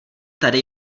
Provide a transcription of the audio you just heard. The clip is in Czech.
tady